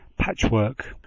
patchwork